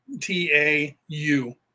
T-A-U